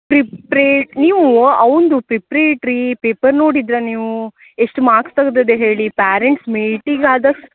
ಪ್ರಿಪ್ರೀ ನೀವೂ ಅವ್ನದ್ದು ಪಿಪ್ರೀಟ್ರಿ ಪೇಪರ್ ನೋಡಿದ್ರಾ ನೀವು ಎಷ್ಟು ಮಾರ್ಕ್ಸ್ ತಗ್ದದ ಹೇಳಿ ಪ್ಯಾರೆಂಟ್ಸ್ ಮೀಟಿಂಗ್ ಆದ